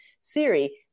Siri